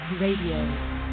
Radio